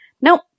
Nope